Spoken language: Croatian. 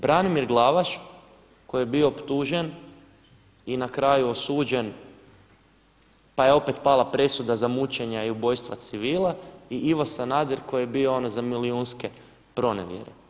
Branimir Glavaš koji je bio optužen i na kraju osuđen pa je opet pala presuda za mučenja i ubojstva civila i Ivo Sanader koji je bio ono za milijunske pronevjere.